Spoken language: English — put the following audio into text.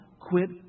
quit